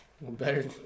better